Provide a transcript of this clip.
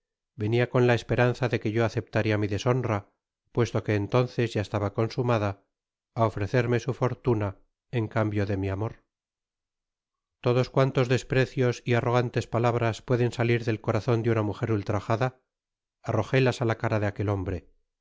venia con la esperanza de que yo aceptaría mi deshonra puesto que entonces ya estaba consumada á ofrecerme su fortuna en cambio de mi amor todos cuantos desprecios y arrogantes palabras pueden salir del corazon de una mujer ultrajada arrojelas á la cara de aquel hombre